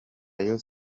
rayon